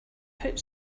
put